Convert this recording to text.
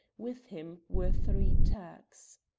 with him were three turks.